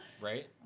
Right